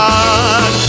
God